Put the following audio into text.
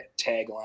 tagline